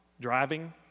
driving